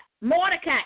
Mordecai